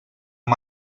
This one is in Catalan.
amb